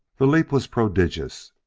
the leap was prodigious.